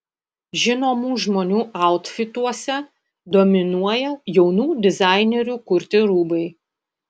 žinomų žmonių autfituose dominuoja jaunų dizainerių kurti rūbai